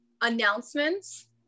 announcements